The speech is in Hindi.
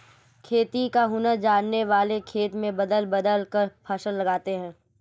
खेती का हुनर जानने वाले खेत में बदल बदल कर फसल लगाते हैं